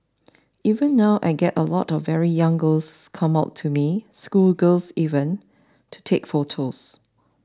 even now I get a lot of very young girls come up to me schoolgirls even to take photos